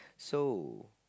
so